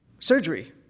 surgery